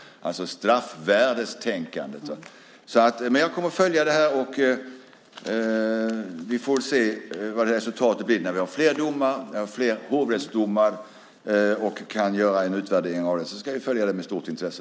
Det handlade alltså om straffvärdestänkandet. Men jag kommer att följa detta, och vi får se vad resultatet blir när vi har flera domar, flera hovrättsdomar, och kan göra en utvärdering av det. Vi ska följa det med stort intresse.